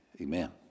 Amen